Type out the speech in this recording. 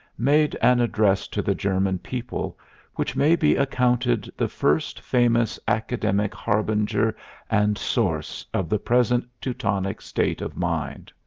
made an address to the german people which may be accounted the first famous academic harbinger and source of the present teutonic state of mind.